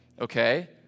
Okay